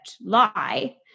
lie